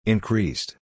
Increased